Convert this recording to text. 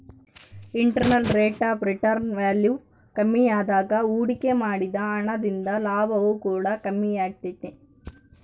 internal rate of return value ಕಮ್ಮಿಯಾದಾಗ ಹೂಡಿಕೆ ಮಾಡಿದ ಹಣ ದಿಂದ ಲಾಭವು ಕೂಡ ಕಮ್ಮಿಯಾಗೆ ತೈತೆ